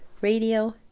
radio